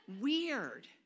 weird